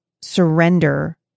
surrender